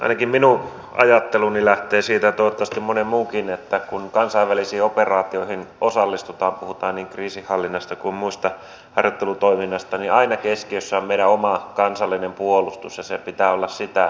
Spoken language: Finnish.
ainakin minun ajatteluni lähtee siitä ja toivottavasti monen muunkin että kun kansainvälisiin operaatioihin osallistutaan puhutaan niin kriisinhallinnasta kuin muusta harjoittelutoiminnasta niin aina keskiössä on meidän oma kansallinen puolustus ja sen pitää olla sitä tukevaa